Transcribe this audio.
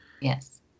Yes